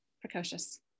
precocious